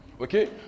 Okay